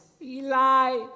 Eli